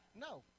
No